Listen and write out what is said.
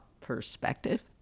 perspective